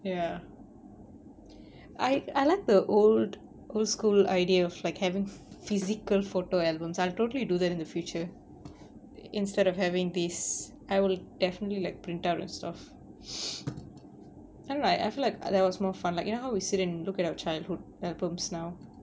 ya I I like the old old school idea of like having physical photo albums I'll totally do that in the future instead of having this I will definitely like print out and stuff I don't know I feel like there was more fun like how we sit and look at our childhood albums now